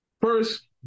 First